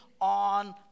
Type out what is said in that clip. on